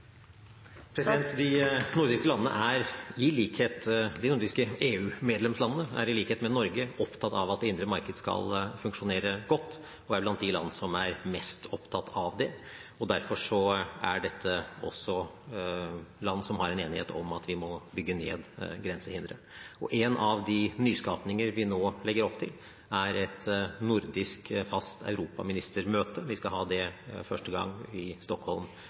er opptatt av. De nordiske EU-medlemslandene er, i likhet med Norge, opptatt av at det indre marked skal funksjonere godt, og er blant de land som er mest opptatt av det. Derfor er dette også land som har en enighet om at vi må bygge ned grensehindre. En av de nyskapninger vi nå legger opp til, er et fast nordisk Europa-ministermøte. Vi skal ha det for første gang i Stockholm